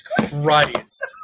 Christ